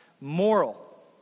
moral